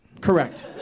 correct